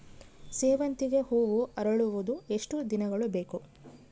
ಸೇವಂತಿಗೆ ಹೂವು ಅರಳುವುದು ಎಷ್ಟು ದಿನಗಳು ಬೇಕು?